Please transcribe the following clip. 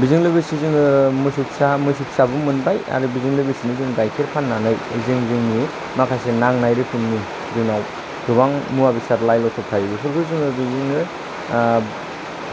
बेजों लोगोसे जोङो मोसौ फिसा मोसौ फिसाबो मोनबाय आरो बेजों लोगोसेनो जों गायखेर फाननानै जों जोंनि माखासे नांनाय रोखोमनि जोंनाव गोबां मुवा बेसाद लाय लथर थायो बेफोरखौ जोंङो बेजोंनो